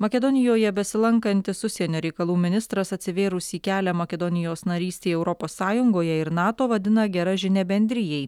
makedonijoje besilankantis užsienio reikalų ministras atsivėrusį kelią makedonijos narystei europos sąjungoje ir nato vadina gera žinia bendrijai